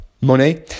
money